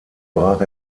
brach